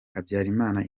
habyarimana